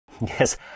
yes